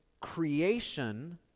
creation